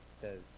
says